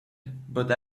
but